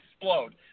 explode